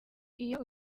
iyo